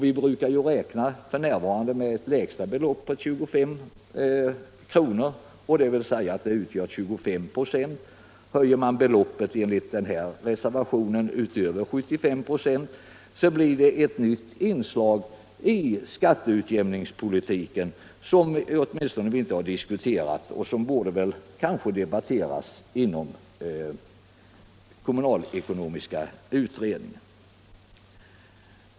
Vi brukar f. n. räkna med lägst 25 96. Höjer man beloppet enligt denna reservation utöver 75 96, så blir det ett nytt inslag i skatteutjämningspolitiken som vi inte har diskuterat och som kanske borde debatteras inom kommunalekonomiska utredningen.